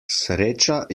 sreča